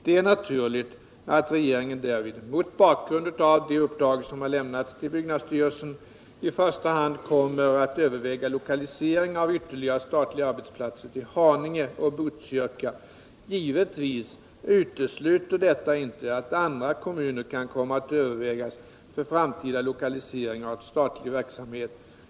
Det är naturligt att regeringen därvid, mot bakgrund av det uppdrag som har lämnats byggnadsstyrelsen, i första hand kommer att överväga lokalisering av ytterligare statliga arbetsplatser till Haninge och Botkyrka. Givetvis utesluter deta inte att andra kommuner kan komma att övervägas för framtida lokaliseringar av statlig verksamhet.